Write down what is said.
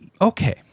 Okay